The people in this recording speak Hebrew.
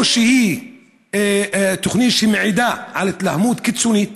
או שהיא תוכנית שמעידה על התלהמות קיצונית,